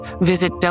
visit